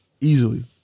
easily